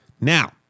Now